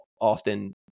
often